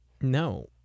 No